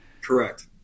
Correct